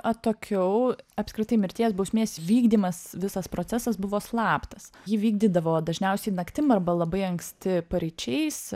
atokiau apskritai mirties bausmės vykdymas visas procesas buvo slaptas jį vykdydavo dažniausiai naktim arba labai anksti paryčiais